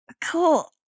Cool